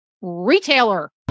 retailer